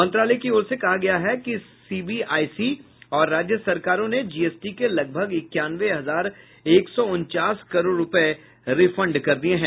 मंत्रालय की ओर से कहा गया है कि सीबीआईसी और राज्य सरकारों ने जीएसटी के लगभग इक्कानवे हजार एक सौ उन्चास करोड़ रूपए रिफंड कर दिये है